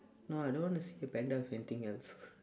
no I don't want to see a panda with anything else